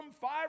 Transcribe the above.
five